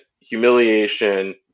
humiliation